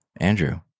Andrew